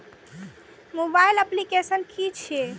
Mobile application कि छै?